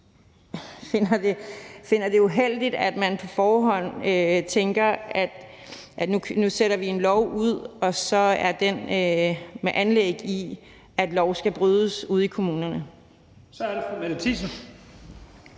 finder det uheldigt, at man på forhånd tænker, at vi nu sætter en lov i værk, og at det så er med afsæt i, at loven skal brydes ude i kommunerne.